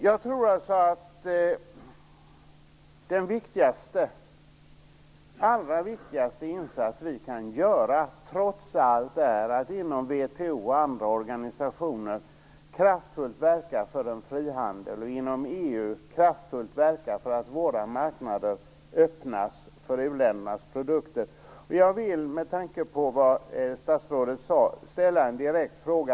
Jag tror trots allt att den allra viktigaste insats vi kan göra är att inom VHO och andra organisationer kraftfullt verka för frihandeln. Inom EU kan vi kraftfullt verka för att våra marknader öppnas för u-ländernas produkter. Med tanke på vad statsrådet sade vill jag ställa en direkt fråga.